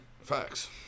facts